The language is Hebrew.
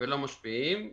ולא משפיעים.